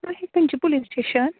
आ हें खंयचें police station